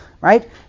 right